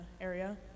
area